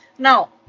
Now